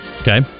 Okay